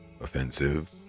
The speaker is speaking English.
offensive